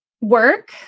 work